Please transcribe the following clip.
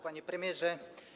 Panie Premierze!